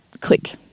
click